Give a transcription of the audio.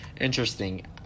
interesting